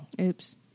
Oops